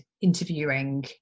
interviewing